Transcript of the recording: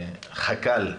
חכ"ל,